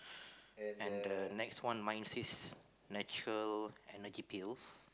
and the next one mine says natural energy pills